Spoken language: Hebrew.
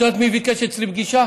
את יודעת מי ביקש אצלי פגישה